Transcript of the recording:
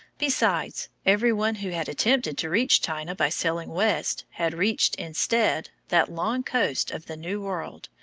besides, every one who had attempted to reach china by sailing west had reached, instead, that long coast of the new world,